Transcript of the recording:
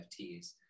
NFTs